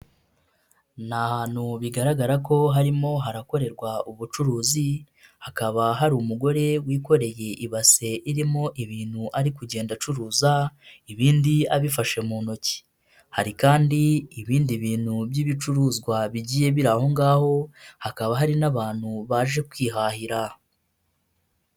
Ni ahantu bigaragara ko harimo harakorerwa ubucuruzi hakaba hari umugore wikoreye ibase irimo ibintu ari kugenda acuruza ibindi abifashe mu ntoki, hari kandi ibindi bintu by'ibicuruzwa bigiye biri aho ngaho hakaba hari n'abantu baje kwihahira.